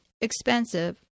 expensive